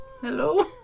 Hello